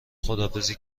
خداحافظی